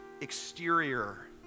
exterior